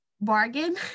bargain